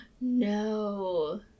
No